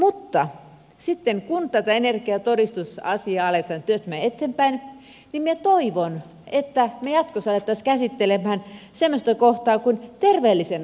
mutta sitten kun tätä energiatodistus asiaa aletaan työstämään eteenpäin minä toivon että me jatkossa alkaisimme käsittelemään semmoista kohtaa kuin terveellisen asunnon todistus